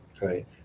Right